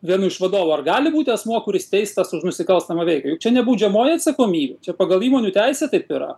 vienu iš vadovų ar gali būti asmuo kuris teistas už nusikalstamą veiką juk čia ne baudžiamoji atsakomybė čia pagal įmonių teisę taip yra